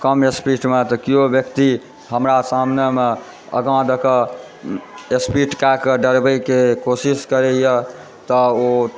कम स्पीडमे तऽ केओ व्यक्ति हमरा सामनेमे आगा दए कऽ स्पीड कए कऽ डरबयकेँ कोशिश करैए तऽ ओ